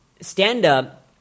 stand-up